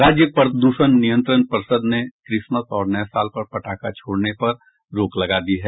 राज्य प्रदूषण नियंत्रण पर्षद ने क्रिसमस और नये साल पर पटाखा छोड़ने पर रोक लगा दी है